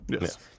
Yes